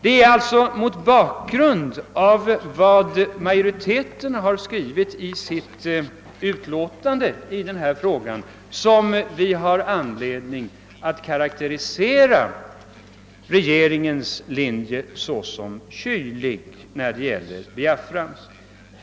Det är alltså mot bakgrund av vad majoriteten har skrivit i sitt utlåtande i den här frågan som vi har anledning att karakterisera regeringens linje såsom kylig när det gäller Biafra.